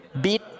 beat